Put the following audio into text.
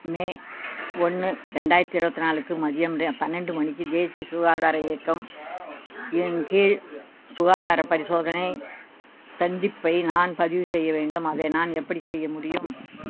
மே ஒன்று ரெண்டாயிரத்து இருபத்தி நாலுக்கு மதியம் ரெ பன்னெண்டு மணிக்கு தேசிய சுகாதார இயக்கம் இன் கீழ் சுகாதாரப் பரிசோதனை சந்திப்பை நான் பதிவு செய்ய வேண்டும் அதை நான் எப்படிச் செய்ய முடியும்